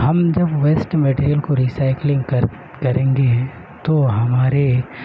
ہم جب waste material کو ری سائکلنگ کر کریں گے تو ہمارے